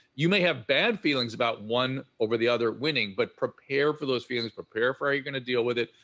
you may have bad feelings about one over the other winning, but prepare for those feelings, prepare for how you're gonna deal with it.